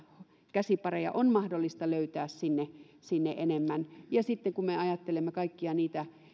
käsipareja on mahdollista löytää sinne sinne enemmän kun me ajattelemme kaikkia niitä